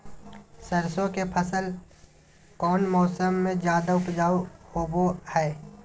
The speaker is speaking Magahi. सरसों के फसल कौन मौसम में ज्यादा उपजाऊ होबो हय?